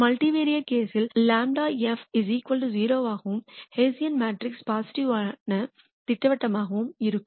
multivariate கேஸ்யில் இவை ∇ f 0 ஆகவும் ஹெஸியன் மேட்ரிக்ஸ் பாசிட்டிவ் யான திட்டவட்டமாகவும் இருக்கும்